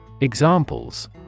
Examples